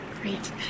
Great